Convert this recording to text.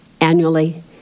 annually